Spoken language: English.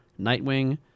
Nightwing